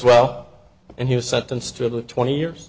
well and he was sentenced to twenty years